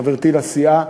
חברתי לסיעה,